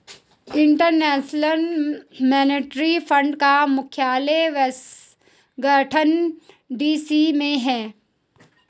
international monetary fund का मुख्यालय Washington DC में है